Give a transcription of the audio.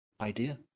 idea